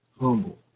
humble